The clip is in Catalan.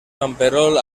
camperol